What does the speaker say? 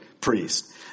priest